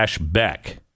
beck